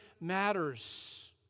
matters